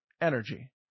energy